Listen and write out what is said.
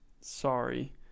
sorry